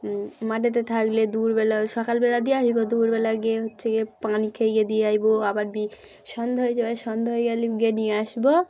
মাটিতে থাকলে দুপুরবেলা ও সকালবেলা দিয়ে আসব দুপুরবেলা গিয়ে হচ্ছে গিয়ে পানি খেয়ে গিয়ে দিয়ে আসব আবার বি সন্ধে হয়ে যায় সন্ধ্যা হয়ে গেলে গিয়ে নিয়ে আসবো